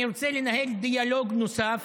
אני רוצה לנהל דיאלוג נוסף